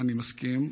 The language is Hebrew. אני מסכים.